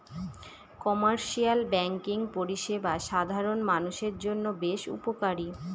commercial banking পরিষেবা সাধারণ মানুষের জন্য বেশ উপকারী